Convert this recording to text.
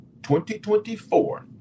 2024